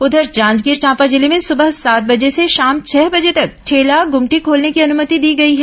उधर जांजगीर चांपा जिले में सुबह सात बजे से शाम छह बजे तक ठेला गुमटी खोलने की अनुमति दी गई है